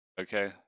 Okay